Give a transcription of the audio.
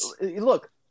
Look